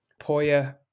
Poya